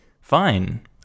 Fine